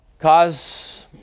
cause